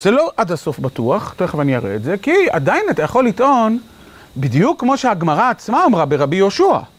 זה לא עד הסוף בטוח, תכף אני אראה את זה, כי עדיין אתה יכול לטעון בדיוק כמו שהגמרה עצמה אמרה ברבי יהושע.